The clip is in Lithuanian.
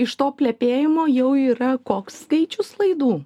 iš to plepėjimo jau yra koks skaičius laidų